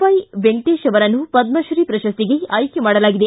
Y Venkatesh ಅವರನ್ನು ಪದ್ಮಶ್ರೀ ಪ್ರಶಸ್ತಿಗೆ ಆಯ್ಕೆ ಮಾಡಲಾಗಿದೆ